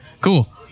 cool